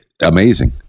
Amazing